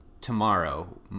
tomorrow